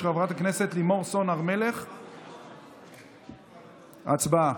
של חבר הכנסת יולי יואל אדלשטיין וקבוצת חברי הכנסת,